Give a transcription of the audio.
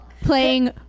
playing